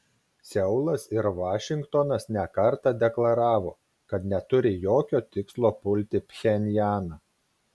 seulas ir vašingtonas ne kartą deklaravo kad neturi jokio tikslo pulti pchenjaną